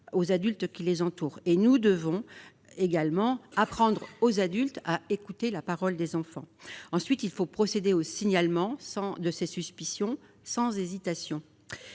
les adultes qui les entourent. Nous devons également apprendre aux adultes à écouter la parole des enfants. Ensuite, il faut signaler ces suspicions, sans hésitation.